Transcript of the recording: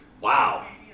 Wow